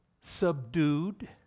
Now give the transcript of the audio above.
subdued